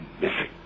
missing